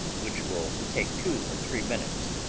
which will take two or three minutes.